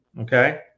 Okay